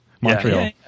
Montreal